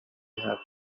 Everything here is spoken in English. had